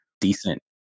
decent